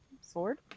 Sword